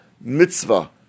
mitzvah